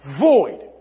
void